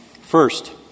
First